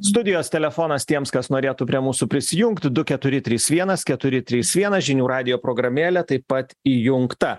studijos telefonas tiems kas norėtų prie mūsų prisijungti du keturi trys vienas keturi trys vienas žinių radijo programėle taip pat įjungta